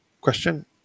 question